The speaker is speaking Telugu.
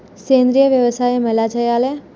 సేంద్రీయ వ్యవసాయం ఎలా చెయ్యాలే?